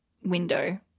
window